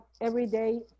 everyday